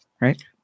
Right